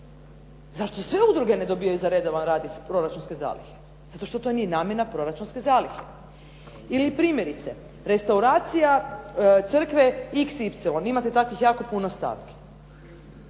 Zašto sve udruge ne dobijaju za redovan rad iz proračunske zalihe? Zato što to nije namjena proračunske zalihe. Ili primjerice, restauracija crkve XY, imate takvih jako puno stavki.